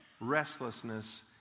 Restlessness